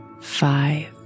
five